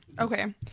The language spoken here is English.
Okay